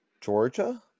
georgia